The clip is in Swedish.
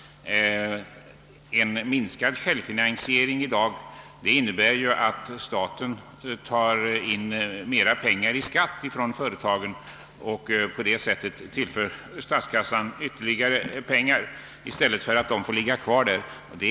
Den minskade självfinansieringen beror ju på att staten tar in mera pengar i skatt från företagen och på det sättet tillför statskassan medel som annars skulle ha fått ligga kvar i företaget.